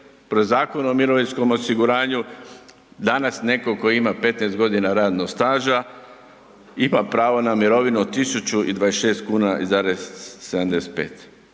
Zakonu o mirovinskom osiguranju danas neko ko ima 15 godina radnog staža ima pravo na mirovinu i 1.026,75, dakle to